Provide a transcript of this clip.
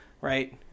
Right